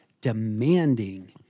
demanding